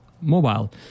mobile